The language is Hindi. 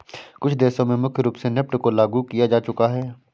कुछ देशों में मुख्य रूप से नेफ्ट को लागू किया जा चुका है